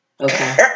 Okay